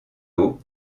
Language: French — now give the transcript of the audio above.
haut